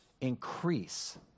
increase